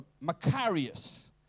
macarius